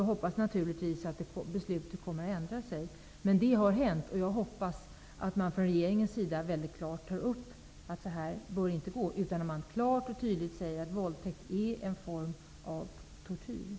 Jag hoppas naturligtvis att beslutet kommer att ändras. Men detta har inträffat, och jag hoppas därför att man från regeringens sida mycket tydligt klargör att det inte bör gå till på det här sättet, utan att man klart och tydligt uttalar att våldtäkt är en form av tortyr.